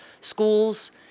schools